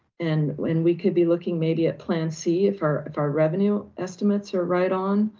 and when we could be looking maybe at plan c if our if our revenue estimates are right on,